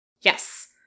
Yes